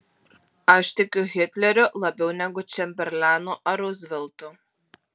aš tikiu hitleriu labiau negu čemberlenu ar ruzveltu